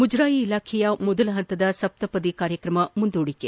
ಮುಜರಾಯಿ ಇಲಾಖೆಯ ಮೊದಲ ಹಂತದ ಸಪ್ತಪದಿ ಕಾರ್ಯಕ್ರಮ ಮುಂದೂಡಿಕೆ